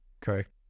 Correct